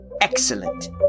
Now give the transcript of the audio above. Excellent